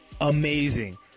amazing